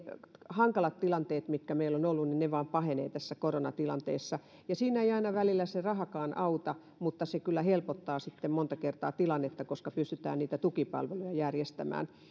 hankalat tilanteet mitkä meillä ovat olleet vain pahenevat tässä koronatilanteessa siinä ei aina välillä rahakaan auta mutta kyllä se helpottaa monta kertaa tilannetta kun pystytään tukipalveluja järjestämään